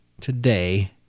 today